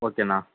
ஓகேண்ணா